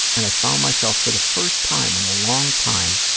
and i found myself, for the first time in a long time,